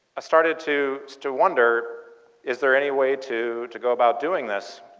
i started to to wonder is there any way to to go about doing this,